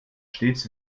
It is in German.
stets